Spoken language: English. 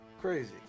Crazy